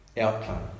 outcome